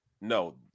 No